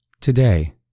Today